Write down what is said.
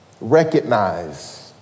recognize